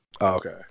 Okay